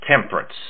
temperance